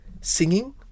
singing